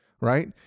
right